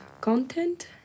content